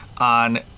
on